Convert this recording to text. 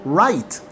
right